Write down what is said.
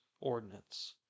ordinance